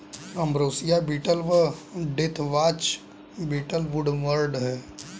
ambrosia beetle व deathwatch beetle woodworm हैं